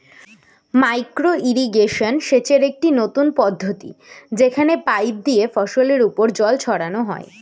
micro irrigation সেচের একটি নতুন পদ্ধতি যেখানে পাইপ দিয়ে ফসলের উপর জল ছড়ানো হয়